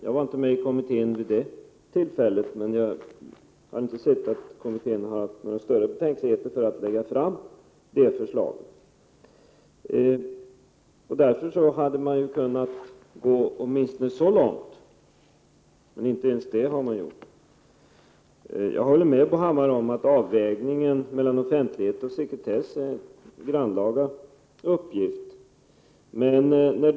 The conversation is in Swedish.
Jag var inte med i kommittén vid det tillfället, men jag har inte sett att kommittén har haft några större betänkligheter mot att lägga fram sådana förslag. Därför hade mani propositionen kunnat gå åtminstone så långt, men inte ens det har man gjort. Jag håller med Bo Hammar om att avvägningen mellan offentlighet och sekretess är en grannlaga uppgift. Men när dataoch offentlighetskommittén = Prot.